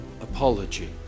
apology